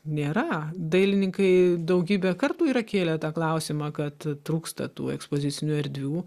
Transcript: nėra dailininkai daugybę kartų yra kėlę tą klausimą kad trūksta tų ekspozicinių erdvių